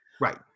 Right